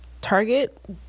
Target